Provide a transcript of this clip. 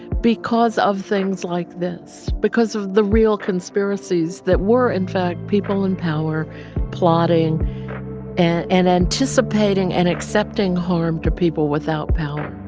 because of things like this because of the real conspiracies that were, in fact, people in power plotting and anticipating and accepting harm to people without power